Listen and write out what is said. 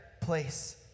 place